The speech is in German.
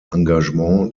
engagement